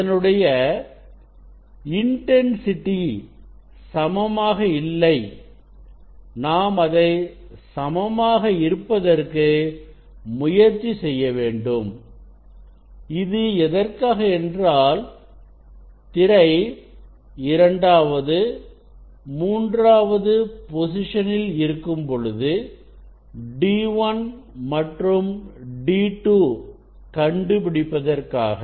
அதனுடைய இன்டென்சிட்டி சமமாக இல்லை நாம் அதை சமமாக இருப்பதற்கு முயற்சி செய்ய வேண்டும் இது எதற்காக என்றால் திரை இரண்டாவது மூன்றாவது பொசிஷனில் இருக்கும்பொழுது d1 மற்றும் d2 கண்டுபிடிப்பதற்காக